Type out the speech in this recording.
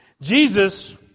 Jesus